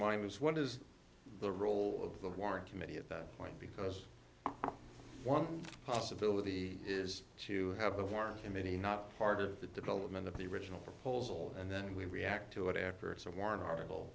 mind was what is the role of the warren committee at that point because one possibility is to have the our committee not part of the development of the original proposal and then we react to it after it's a warren article